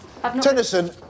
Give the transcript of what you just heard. Tennyson